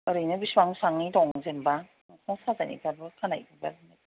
ओरैनो बिसिबांसेनि दं जेन'बा मोखां साजायनायफोराबो खानाय